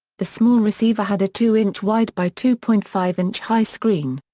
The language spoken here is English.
the small receiver had a two-inch-wide by two point five inch high screen.